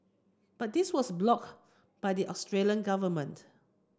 but this was blocked by the Australian government